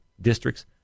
districts